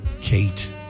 Kate